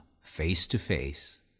face-to-face